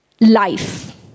life